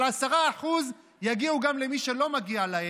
אבל 10% יגיעו גם למי שלא מגיע להם,